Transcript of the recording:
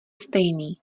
stejný